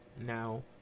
now